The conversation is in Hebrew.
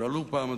שאלו פעם,